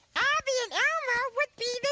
abby and elmo would be the